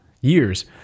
years